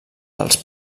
dels